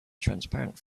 transparent